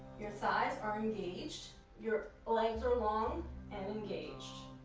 your thighs are engaged. your legs are long and engaged.